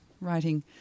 writing